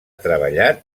treballat